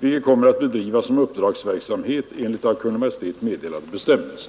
vilket kommer att bedrivas som uppdragsverksamhet enligt av Kungl. Maj:t meddelade bestämmelser.